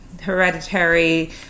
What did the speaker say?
hereditary